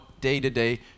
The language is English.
day-to-day